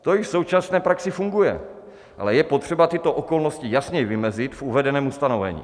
To již v současné praxi funguje, ale je potřeba tyto okolnosti jasně vymezit v uvedeném ustanovení.